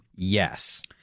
Yes